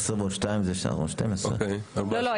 10 ועוד 2 זה 12. לא, לא.